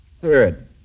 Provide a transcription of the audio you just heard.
Third